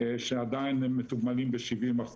שעדיין הם מתוגמלים ב-70%.